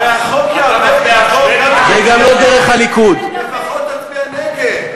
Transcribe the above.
הרי יעבור, לפחות תצביע נגד.